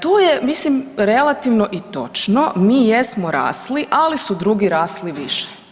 To je mislim relativno i točno, mi jesmo rasli ali su drugi rasli više.